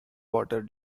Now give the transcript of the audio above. water